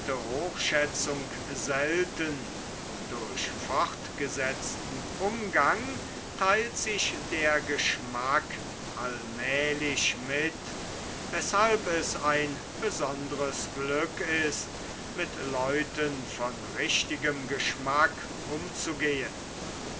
hochschätzung selten durch fortgesetzten umgang theilt sich der geschmack allmälig mit weshalb es ein besonderes glück ist mit leuten von richtigem geschmack umzugehen